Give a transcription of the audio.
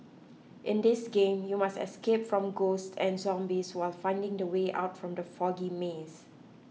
in this game you must escape from ghosts and zombies while finding the way out from the foggy maze